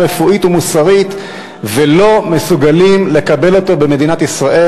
רפואית ומוסרית ולא מסוגלים לקבל אותו במדינת ישראל.